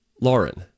Lauren